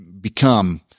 become